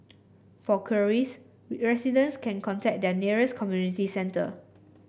for queries residents can contact their nearest community centre